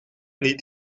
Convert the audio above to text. niet